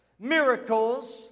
Miracles